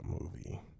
movie